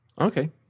Okay